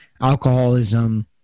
alcoholism